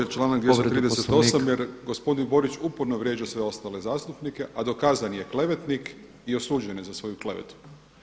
Također članak 208. jer gospodin Borić uporno vrijeđa sve ostale zastupnike, a dokazan je klevetnik i osuđen je za svoju klevetu.